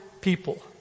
people